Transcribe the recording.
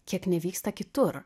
kiek nevyksta kitur